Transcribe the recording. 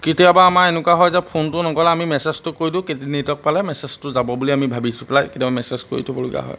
কেতিয়াবা আমাৰ এনেকুৱা হয় যে ফোনটো নকৰিলে আমি মেছেজটো কৰি দিওঁ কে নেটৱৰ্ক পালে মেছেজটো যাব বুলি আমি ভাবিছোঁ পেলাই কেতিয়াবা মেছেজ কৰি থ'বলগীয়া হয়